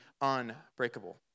unbreakable